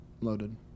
loaded